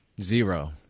Zero